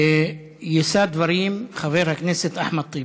יישא דברים חבר הכנסת אחמד טיבי.